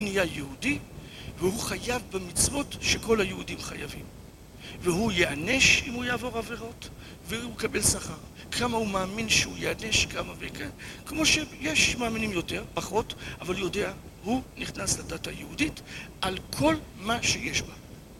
הוא נהיה יהודי והוא חייב במצוות שכל היהודים חייבים והוא יענש אם הוא יעבור עבירות והוא יקבל שכר כמה הוא מאמין שהוא יענש כמה וכן כמו שיש מאמינים יותר, פחות אבל יודע, הוא נכנס לדת היהודית על כל מה שיש בה